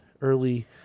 early